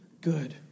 good